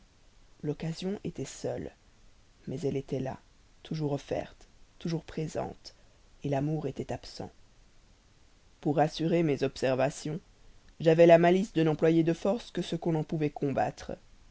l'occasion était seule mais elle était là toujours offerte toujours présente l'amour était absent pour assurer mes observations j'avais la malice de n'employer de force que ce qu'on en pouvait combattre